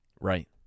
Right